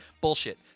bullshit